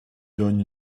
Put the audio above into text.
donne